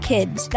kids